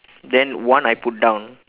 then one I put down